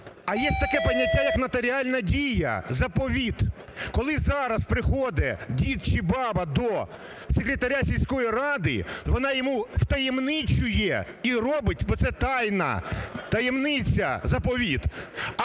а є таке поняття як нотаріальна дія, заповіт. Коли зараз приходять дід чи баба до секретаря сільської ради, то вона йому втаємничує і робить, бо це тайна, таємниця, заповіт.